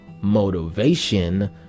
motivation